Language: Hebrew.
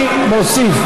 להוסיף